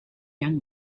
young